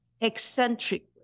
eccentric